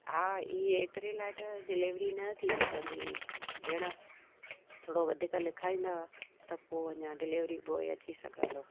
हा इहे ऐतिरे लाइ त डिलेवरी न थी सघंदी भेण थोरो वधीक लिखाईंदव त पोइ अञा डिलेवरी बोय अची सघंदो